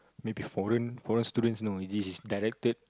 maybe foreign foreign students you know this is directed